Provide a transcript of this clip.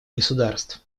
государств